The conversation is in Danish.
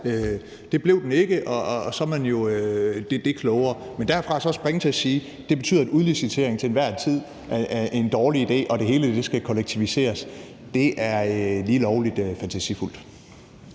Det blev den ikke, og så er man jo det klogere. Men at springe derfra og så over til at sige, at det betyder, at udlicitering til enhver tid er en dårlig idé, og at det hele skal kollektiviseres, er lige lovlig fantasifuldt.